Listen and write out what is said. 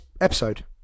episode